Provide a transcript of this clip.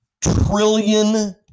trillion